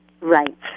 Right